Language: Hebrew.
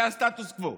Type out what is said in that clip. זה הסטטוס קוו.